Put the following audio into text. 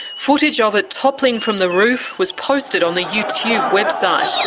footage ah of it toppling from the roof was posted on the youtube website.